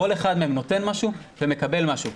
כל אחד מהם נותן משהו ומקבל משהו,